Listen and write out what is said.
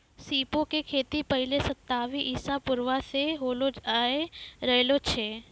सीपो के खेती पहिले शताब्दी ईसा पूर्वो से होलो आय रहलो छै